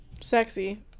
sexy